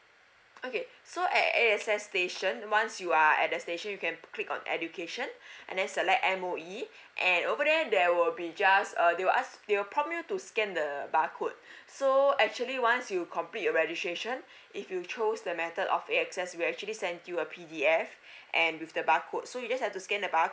okay so at E access station once you are at the station you can click on education and then select M_O_E and over there there will be just uh they will ask uh they will prompt to scan the bar code so actually once you complete your registration if you chose the method of E access we actually sent you a P_D_F and with the bar code so you just have to scan the bar